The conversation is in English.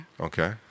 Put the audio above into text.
Okay